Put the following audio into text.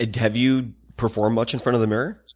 ah have you performed much in front of the mirror?